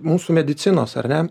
mūsų medicinos ar ne